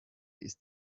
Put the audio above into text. ist